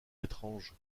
étrange